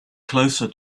closer